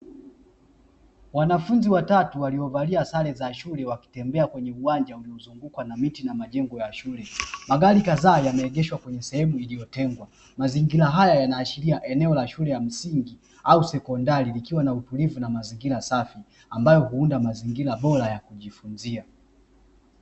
Wanafunzi watatu waliovalia sare za shule wakitembea kwenye uwanja uliozungukwa na miti na majengo ya shule. Magari kadhaa yameegeshwa kwenye sehemu iliyotengwa. Mazingira haya yanaashiria eneo la shule ya msingi au sekondari likiwa na utulivu na mazingira safi, ambayo huunda mazingira bora ya kujifunzia.